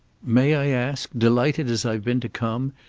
may i ask, delighted as i've been to come,